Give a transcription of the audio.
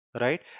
right